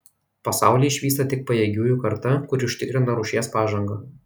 pasaulį išvysta tik pajėgiųjų karta kuri užtikrina rūšies pažangą